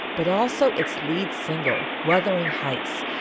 but also its lead single, wuthering heights,